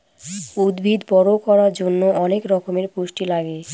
উদ্ভিদ বড়ো করার জন্য অনেক রকমের পুষ্টি লাগে